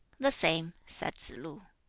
the same, said tsz-lu.